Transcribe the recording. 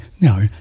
No